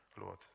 Lord